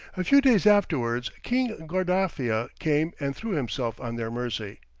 a few days afterwards, king guardafia came and threw himself on their mercy.